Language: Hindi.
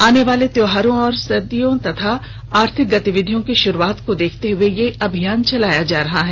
आने वाले त्योहारों और सर्दियों तथा आर्थिक गतिविधियों की शुरुआत को देखते हुए यह अभियान चलाया जा रहा है